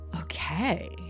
Okay